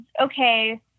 okay